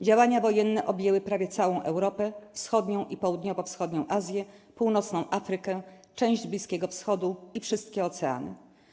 Działania wojenne objęły prawie całą Europę, wschodnią i południowo-wschodnią Azję, północną Afrykę, część Bliskiego Wschodu i wszystkie oceany.